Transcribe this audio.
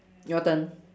your turn